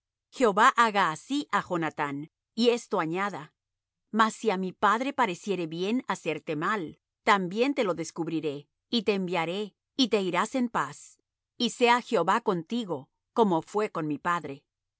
jehová haga así á jonathán y esto añada mas si á mi padre pareciere bien hacerte mal también te lo descubriré y te enviaré y te irás en paz y sea jehová contigo como fué con mi padre